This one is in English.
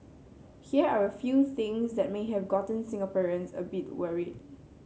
here are a few things that may have gotten Singaporeans a bit worried